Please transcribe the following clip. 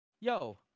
Yo